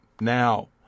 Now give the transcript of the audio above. now